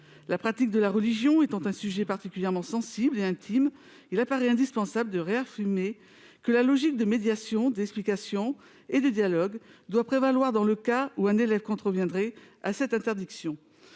La pratique de la religion étant un sujet particulièrement sensible et intime, il apparaît indispensable de réaffirmer que la logique de médiation, d'explication et de dialogue doit prévaloir dans le cas où un élève contreviendrait à cette interdiction.